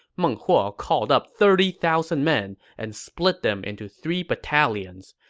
meng huo called up thirty thousand men and split them into three battalions.